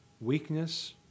weakness